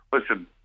listen